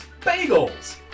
Bagels